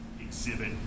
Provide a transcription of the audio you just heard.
exhibit